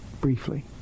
briefly